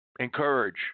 encourage